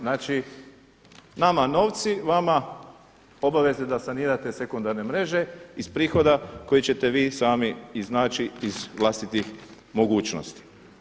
Znači nama novci, vama obaveze da sanirate sekundarne mreže iz prihoda koji ćete vi sami iznaći iz vlastitih mogućnosti.